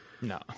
No